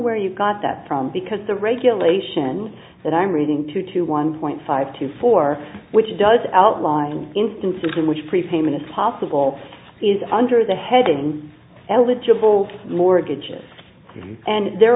where you got that from because the regulation that i'm reading two to one point five to four which does outline instances in which prepayment is possible is under the heading eligible mortgages and there